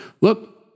look